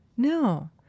No